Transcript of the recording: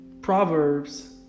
Proverbs